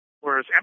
whereas